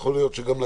אולי גם נצליח.